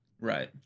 Right